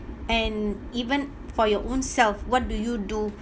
and even for your own self what do you do